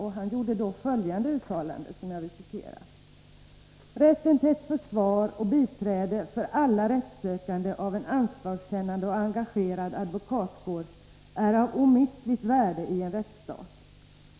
Han gjorde då följande uttalande: ”Rätten till ett försvar och biträde för alla rättssökande av en ansvarskännande och engagerad advokatkår är av omistligt värde i en rättsstat.